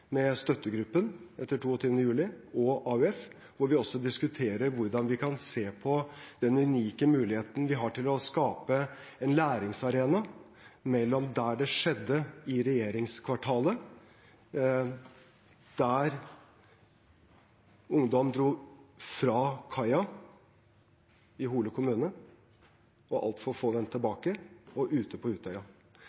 med støttegruppen etter 22. juli og AUF, hvor vi også diskuterer hvordan vi kan se på den unike muligheten vi har til å skape en læringsarena mellom der det skjedde i regjeringskvartalet, til der ungdom dro fra kaia i Hole kommune og altfor få